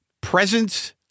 presence